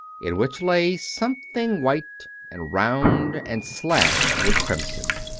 in which lay something white and round and slashed with crimson.